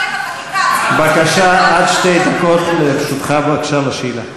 בבקשה, עד שתי דקות לרשותך לשאלה.